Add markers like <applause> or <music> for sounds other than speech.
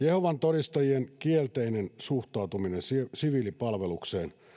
<unintelligible> jehovan todistajien kielteinen suhtautuminen siviilipalvelukseen